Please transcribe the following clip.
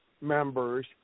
members